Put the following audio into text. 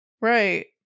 Right